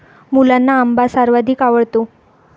मुलांना आंबा सर्वाधिक आवडतो